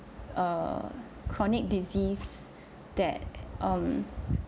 err chronic disease that um